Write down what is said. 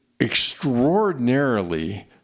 extraordinarily